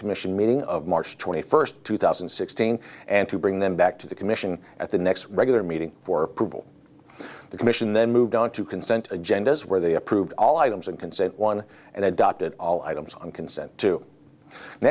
commission meeting of march twenty first two thousand and sixteen and to bring them back to the commission at the next regular meeting for approval the commission then moved on to consent agendas where they approved all items and consent one and adopted all items on consent to